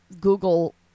Google